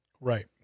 Right